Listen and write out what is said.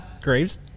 Graves